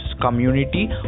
community